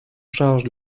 charge